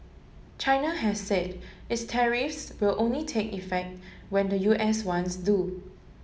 China has said its tariffs will only take effect when the U S ones do